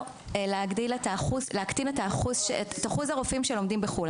להקטין את שיעור הרופאים שלומדים בחו"ל.